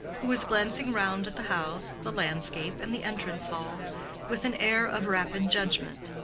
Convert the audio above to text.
who was glancing round at the house, the landscape and the entrance hall with an air of rapid judgment.